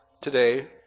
today